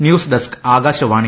news desk Akashvani